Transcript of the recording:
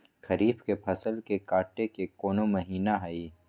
खरीफ के फसल के कटे के कोंन महिना हई?